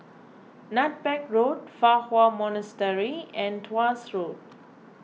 Nutmeg Road Fa Hua Monastery and Tuas Road